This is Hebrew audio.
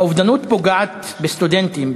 האובדנות פוגעת בסטודנטים,